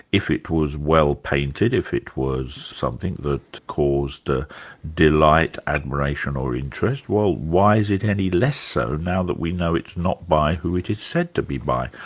if it was well painted, if it was something that caused delight, admiration or interest, well why is it any less so now that we know it's not by who it is said to be by,